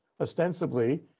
ostensibly